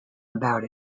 about